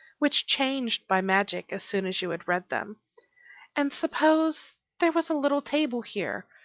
which changed by magic as soon as you had read them and suppose there was a little table here,